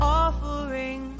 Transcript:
offering